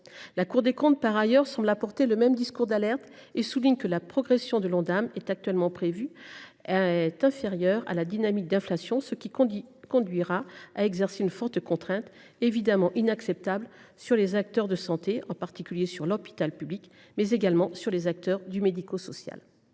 La Cour des comptes semble porter le même discours d’alerte et souligne que la progression de l’Ondam actuellement prévue est inférieure à la dynamique d’inflation, ce qui conduira à exercer une forte contrainte, évidemment inacceptable, sur les acteurs de santé, qu’il s’agisse de l’hôpital public ou des acteurs du médico social.